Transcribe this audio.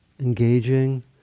engaging